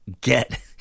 Get